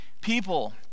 people